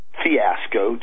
fiasco